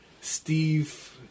Steve